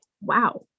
wow